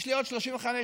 יש לי עוד 35 שניות.